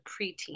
preteen